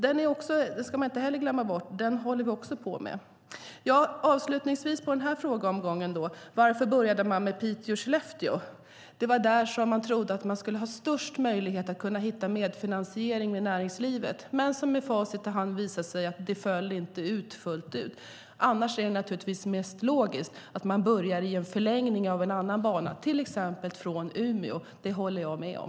Man ska alltså inte glömma bort att vi håller på att förhandla om den också. Varför började man med Piteå-Skellefteå? Det var där som man trodde att man skulle ha störst möjligheter att hitta medfinansiering med näringslivet. Men med facit i hand har det visat sig att det inte fullt ut blev så. Annars är det naturligtvis mest logiskt att man börjar med en förlängning av en annan bana, till exempel från Umeå. Det håller jag med om.